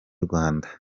rwanda